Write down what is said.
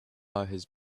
first